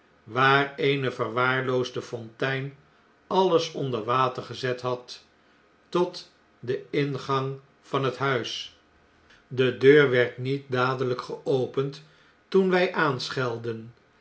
waar eene verwaarloosde fontein alles onder water gezet had tot den ingang van het huis de deur werd niet dadeljjk geopend toen wj aanschelden